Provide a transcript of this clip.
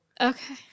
okay